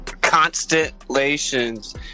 constellations